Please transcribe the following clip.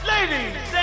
Ladies